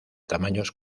tamaños